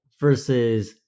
Versus